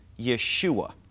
Yeshua